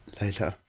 later.